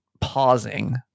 pausing